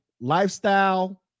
lifestyle